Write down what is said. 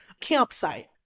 campsite